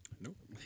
Nope